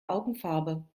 augenfarbe